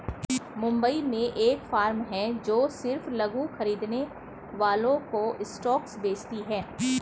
मुंबई में एक फार्म है जो सिर्फ लघु खरीदने वालों को स्टॉक्स बेचती है